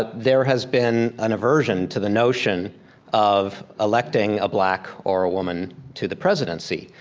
but there has been an aversion to the notion of electing a black or a woman to the presidency.